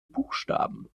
buchstaben